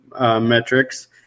metrics